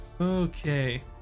okay